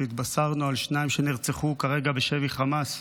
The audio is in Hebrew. שהתבשרנו כרגע על שניים מהם שנרצחו בשבי חמאס?